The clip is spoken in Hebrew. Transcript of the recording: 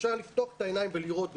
אפשר לפתוח את העיניים ולראות,